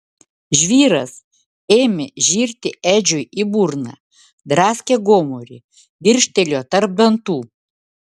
žvyras ėmė žirti edžiui į burną draskė gomurį grikštelėjo tarp dantų